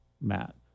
Matt